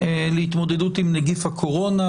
להתמודדות עם נגיף הקורונה,